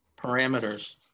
parameters